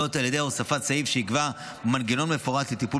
על ידי הוספת סעיף שיקבע מנגנון מפורט לטיפול